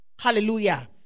Hallelujah